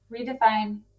redefine